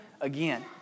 again